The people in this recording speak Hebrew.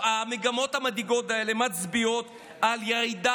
והמגמות המדאיגות האלה מצביעות על ירידה